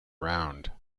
round